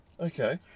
Okay